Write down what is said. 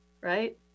right